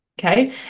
Okay